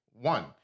One